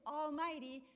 almighty